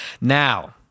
Now